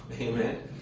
Amen